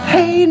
Hey